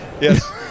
Yes